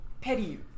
petty